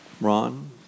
Ron